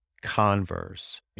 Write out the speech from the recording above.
Converse